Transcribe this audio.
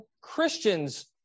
Christians